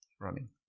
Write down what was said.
running